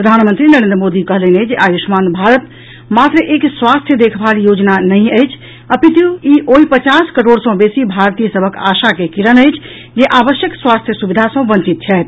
प्रधानमंत्री नरेन्द्र मोदी कहलनि अछि जे आयुष्मान भारत मात्र एक स्वास्थ्य देखभाल योजना नहि अछि अपितु ई ओहि पचास करोड़ सॅ बेसी भारतीय सभक आशा के किरण अछि जे आवश्यक स्वास्थ्य सुविधा सॅ वंचित छथि